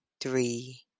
three